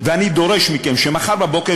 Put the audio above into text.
ואני דורש מכם שמחר בבוקר,